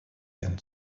ein